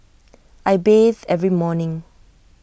I bathe every morning